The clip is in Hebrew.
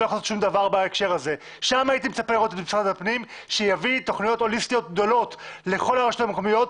כמו שבמודיעין עילית יש שכונות עם מרחקים גדולים יותר.